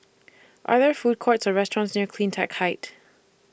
Are There Food Courts Or restaurants near CleanTech Height